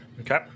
Okay